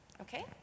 Okay